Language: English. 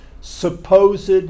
supposed